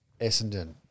Essendon